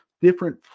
different